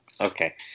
Okay